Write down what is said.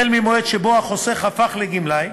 החל מהמועד שבו החוסך הפך לגמלאי,